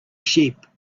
sheep